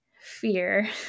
fear